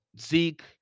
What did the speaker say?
Zeke